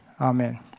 Amen